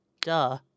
Duh